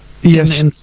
Yes